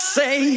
say